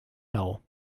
lau